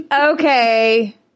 Okay